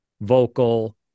vocal